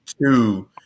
two